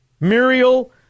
Muriel